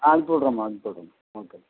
நான் அனுப்பி விட்றேம்மா அனுப்பி விட்றேன் ஓகேம்மா